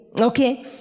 Okay